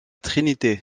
trinité